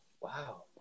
wow